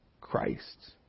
Christ